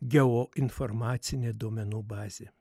geoinformacinė duomenų bazė